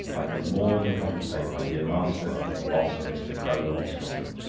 i can more than compensate my dear master for the loss of mr. crowbillon's custom.